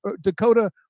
Dakota